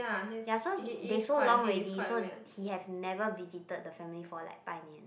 ya so he they so long already so he have never visited the family for like bai nian